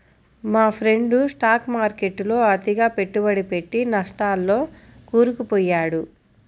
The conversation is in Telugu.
మా ఫ్రెండు స్టాక్ మార్కెట్టులో అతిగా పెట్టుబడి పెట్టి నట్టాల్లో కూరుకుపొయ్యాడు